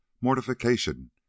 mortification